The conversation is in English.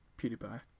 PewDiePie